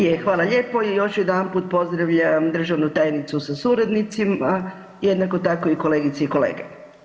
Je, hvala lijepo i još jedanput pozdravljam državnu tajnicu sa suradnicima, jednako tako i kolegice i kolege.